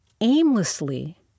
aimlessly